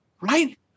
right